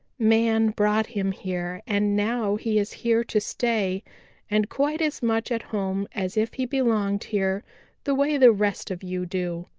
man brought him here and now he is here to stay and quite as much at home as if he belonged here the way the rest of you do.